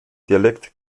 dialekt